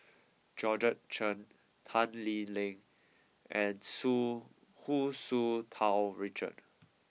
Georgette Chen Tan Lee Ling and Tsu Hu Tsu Tau Richard